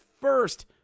first